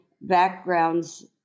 backgrounds